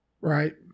Right